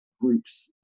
groups